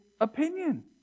opinion